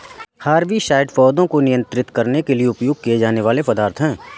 herbicides पौधों को नियंत्रित करने के लिए उपयोग किए जाने वाले पदार्थ हैं